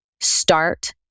Start